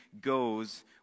goes